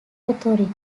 authority